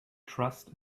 trust